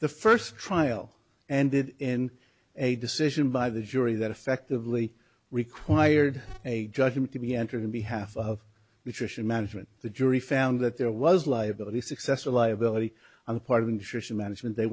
the first trial ended in a decision by the jury that effectively required a judgment to be entered in behalf of the trisha management the jury found that there was liability success or liability on the part of interest in management they